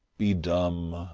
be dumb